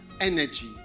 energy